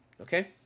Okay